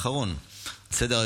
נתקבלה.